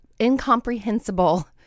incomprehensible